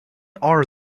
are